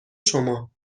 شما